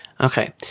Okay